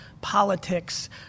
politics